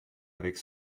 avec